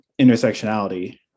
intersectionality